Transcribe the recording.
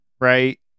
right